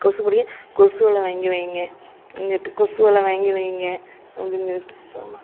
கொசு பிடிக்க கொசுவலை வாங்கி வையுங்க அங்குட்டு கொசுவலை வாங்கி வையுங்க அப்படின்னு சொல்லிட்டு போதுமா